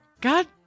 God